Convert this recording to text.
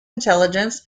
intelligence